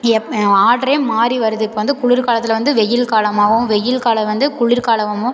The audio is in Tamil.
எப் ஆர்ட்ரே மாறி வருது இப்போ வந்து குளிர்காலத்தில் வந்து வெயில் காலமாகவும் வெயில் காலம் வந்து குளிர்காலமாகவும்